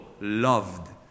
loved